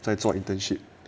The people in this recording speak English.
在做 internship